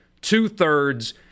two-thirds